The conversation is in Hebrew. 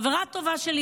חברה טובה שלי,